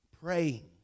praying